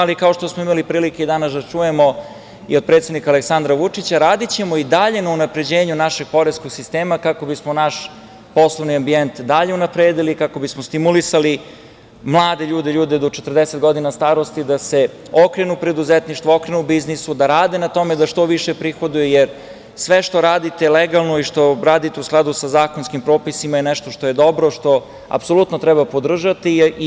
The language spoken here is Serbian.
Ali, kao što smo imali prilike danas da čujemo i od predsednika Aleksandra Vučića, radićemo i dalje na unapređenju našeg poreskog sistema, kako bismo naš poslovni ambijent dalje unapredili i kako bismo stimulisali mlade ljude, ljude do 40 godina starosti, da se okrenu preduzetništvu, okrenu biznisu, da rade na tome da što više prihoduju, jer sve što radite legalno i što radite u skladu sa zakonskim propisima je nešto što je dobro, nešto što apsolutno treba podržati.